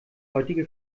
heutige